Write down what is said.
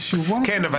כן,